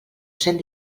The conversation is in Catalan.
cent